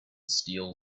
steel